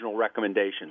recommendation